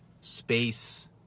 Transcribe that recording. space